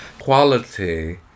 quality